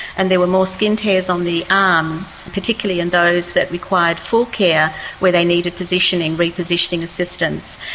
and there were more skin tears on the arms, particularly in those that required full care where they needed positioning, repositioning assistance,